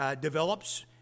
develops